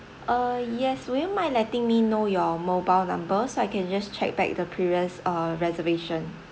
uh yes will you mind letting me know your mobile number so I can just check back the previous uh reservation